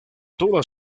toda